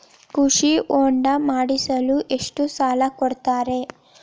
ಕೃಷಿ ಹೊಂಡ ಮಾಡಿಸಲು ಎಷ್ಟು ಸಾಲ ಕೊಡ್ತಾರೆ?